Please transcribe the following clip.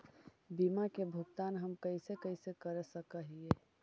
बीमा के भुगतान हम कैसे कैसे कर सक हिय?